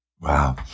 Wow